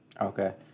Okay